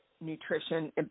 nutrition